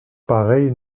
pareille